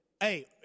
Hey